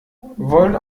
wollen